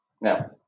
Now